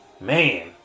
Man